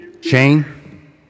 Shane